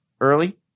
early